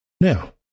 Now